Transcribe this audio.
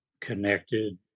connected